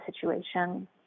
situation